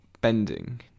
bending